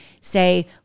say